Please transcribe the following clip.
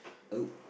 oh